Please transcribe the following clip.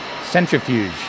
centrifuge